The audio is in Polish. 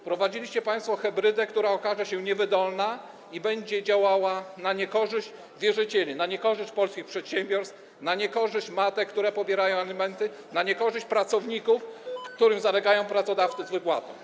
Wprowadziliście państwo hybrydę, która okaże się niewydolna i będzie działała na niekorzyść wierzycieli, na niekorzyść polskich przedsiębiorstw, na niekorzyść matek, które pobierają alimenty, na niekorzyść pracowników, w przypadku których pracodawcy zalegają z wypłatą.